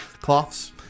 cloths